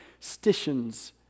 stitions